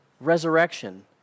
resurrection